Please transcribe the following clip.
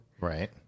Right